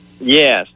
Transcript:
Yes